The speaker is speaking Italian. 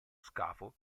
scafo